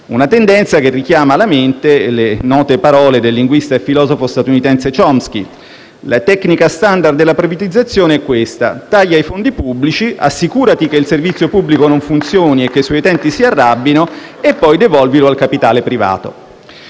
Una tendenza che richiama alla mente le note parole del linguista e filosofo statunitense Chomsky: «La tecnica *standard* della privatizzazione è questa: taglia i fondi pubblici» *(Applausi del senatore Morra)* «assicurati che il servizio pubblico non funzioni e che i suoi utenti si arrabbino, e poi devolvilo al capitale privato».